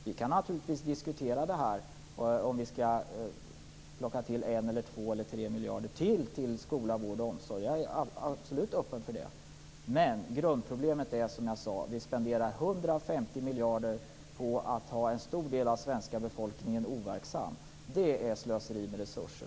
Vi kan naturligtvis diskutera om vi skall ge ytterligare 1, 2 eller 3 miljarder till skola, vård och omsorg. Jag är absolut öppen för det. Men grundproblemet är som jag sade: Vi spenderar 150 miljarder på att ha en stor del av den svenska befolkningen overksam. Det är slöseri med resurser.